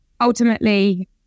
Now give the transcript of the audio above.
ultimately